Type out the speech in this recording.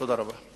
תודה רבה.